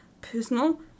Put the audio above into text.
personal